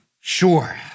Sure